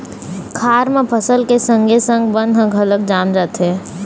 खार म फसल के संगे संग बन ह घलोक जाम जाथे